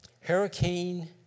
Hurricane